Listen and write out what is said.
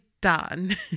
done